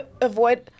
avoid